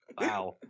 Wow